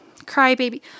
crybaby